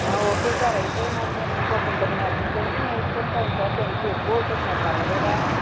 okay sir అయితే మరి నేను ఇంకొక ఇద్దరిని అసిస్టెంట్లని వేసుకుంటాను సార్ కొంచం ఎక్కువవుతుంది మరి పర్వాలేదా